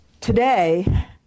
Today